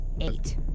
Eight